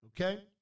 Okay